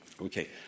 Okay